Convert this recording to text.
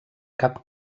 cap